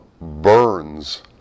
burns